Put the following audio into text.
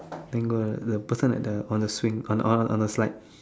think the the person at the on the swing on the on the slide